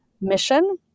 mission